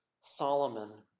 Solomon